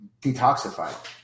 detoxified